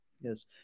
Yes